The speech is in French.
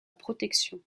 protection